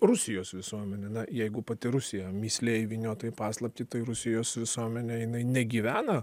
rusijos visuomenė na jeigu pati rusija mįslė įvyniota į paslaptį tai rusijos visuomenė jinai negyvena